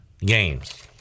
games